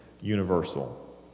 universal